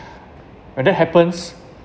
when that happens